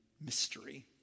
mystery